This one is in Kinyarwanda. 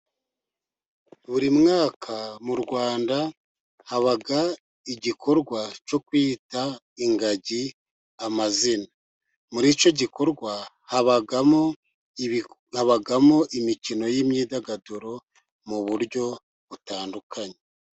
Buri mwaka mu Rwanda haba igikorwa cyo kwita ingagi amazina, muri icyo gikorwa habamo imikino y'imyidagaduro mu buryo butandukanye.